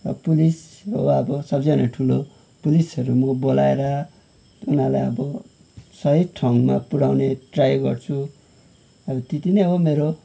police हो अब सब से भन्दा ठुलो पुलिसहरू म बोलाएर उनीहरूलाई अब सही ठाउँमा पुऱ्याउने ट्राई गर्छु अनि त्यति नै हो मेरो